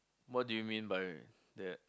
what do you mean by that